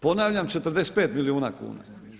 Ponavljam 45 milijuna kuna.